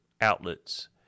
outlets